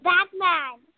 Batman